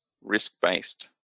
risk-based